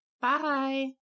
Bye